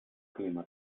clima